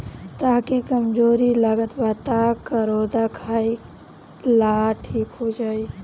तहके कमज़ोरी लागत बा तअ करौदा खाइ लअ ठीक हो जइब